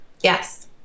Yes